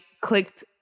clicked